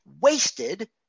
wasted